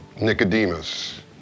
Nicodemus